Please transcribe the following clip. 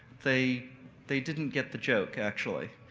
they they didn't get the joke, actually,